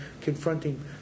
confronting